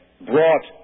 brought